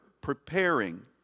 preparing